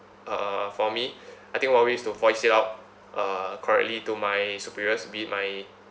uh for me I think one way is to voice it out uh correctly to my superiors be it my